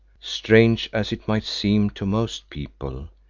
strange as it might seem to most people,